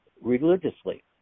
religiously